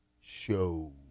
show